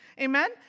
Amen